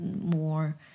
more